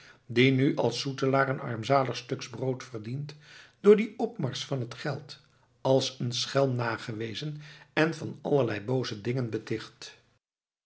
die nu als zoetelaar een armzalig stuk broods verdient door die opmakers van het geld als een schelm nagewezen en van allerlei booze dingen beticht